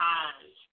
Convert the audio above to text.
eyes